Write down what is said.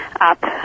up